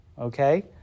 Okay